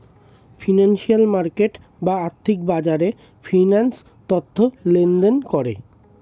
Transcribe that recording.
financial market বা আর্থিক বাজারে ফিন্যান্স তথ্য লেনদেন করে